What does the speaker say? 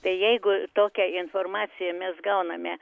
tai jeigu tokią informaciją mes gauname